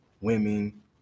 women